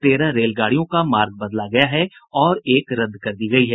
तेरह रेलगाडियों का मार्ग बदला गया है और एक रद्द कर दी गई है